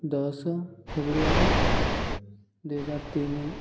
ଦଶ ଫେବୃଆରୀ ଦୁଇହଜାର ତିନି